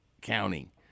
counting